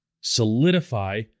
Solidify